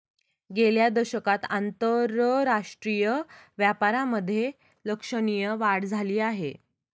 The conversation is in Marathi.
गेल्या दशकात आंतरराष्ट्रीय व्यापारामधे लक्षणीय वाढ झाली आहे